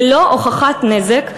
ללא הוכחת נזק,